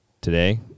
Today